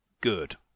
Good